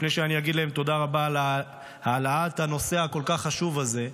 לפני שאני אגיד להם תודה רבה על העלאת הנושא הכל-כך חשוב הזה,